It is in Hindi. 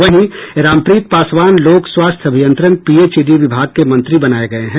वहीं रामप्रीत पासवान लोक स्वास्थ्य अभियंत्रण पीएच ईडी विभाग के मंत्री बनाये गये हैं